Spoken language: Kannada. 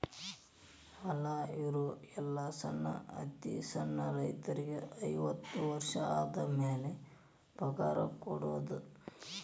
ಹೊಲಾ ಇರು ಎಲ್ಲಾ ಸಣ್ಣ ಅತಿ ಸಣ್ಣ ರೈತರಿಗೆ ಅರ್ವತ್ತು ವರ್ಷ ಆದಮ್ಯಾಲ ಪಗಾರ ಕೊಡುದ